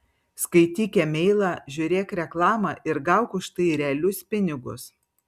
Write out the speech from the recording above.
skaityk e mailą žiūrėk reklamą ir gauk už tai realius pinigus